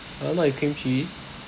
uh not with cream cheese